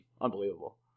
unbelievable